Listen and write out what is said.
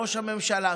ראש הממשלה,